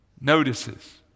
notices